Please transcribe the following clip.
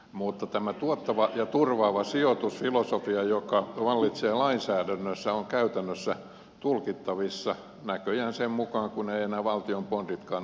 mutta tämä tuottava ja turvaava sijoitusfilosofia joka vallitsee lainsäädännössä on käytännössä tulkittavissa näköjään sen mukaan kun eivät enää valtion bonditkaan ole turvaavia